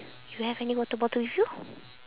you have any water bottle with you